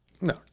No